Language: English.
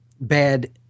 bad